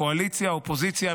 קואליציה ואופוזיציה,